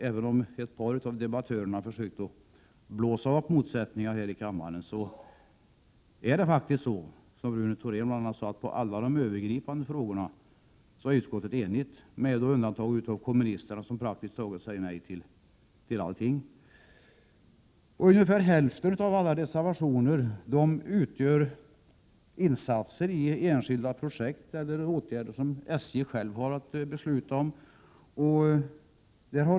Även om ett par av debattörerna här i kammaren försökt blåsa upp motsättningarna är det faktiskt så, som bl.a. Rune Thorén sade, att utskottet när det gäller alla de övergripande frågorna är enigt med undantag för kommunisterna, som säger nej till praktiskt taget allt. Ungefär hälften av alla reservationer gäller insatser i enskilda projekt eller åtgärder som SJ självt har att besluta om.